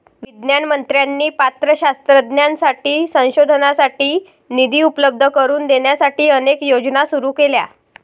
विज्ञान मंत्र्यांनी पात्र शास्त्रज्ञांसाठी संशोधनासाठी निधी उपलब्ध करून देण्यासाठी अनेक योजना सुरू केल्या